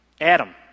Adam